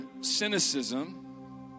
cynicism